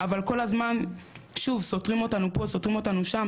אבל כל הזמן שוב סותרים אותנו פה סותרים אותנו שם,